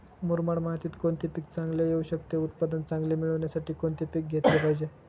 मुरमाड मातीत कोणते पीक चांगले येऊ शकते? उत्पादन चांगले मिळण्यासाठी कोणते पीक घेतले पाहिजे?